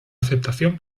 aceptación